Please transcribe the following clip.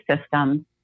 system